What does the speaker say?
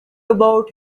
about